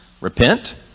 Repent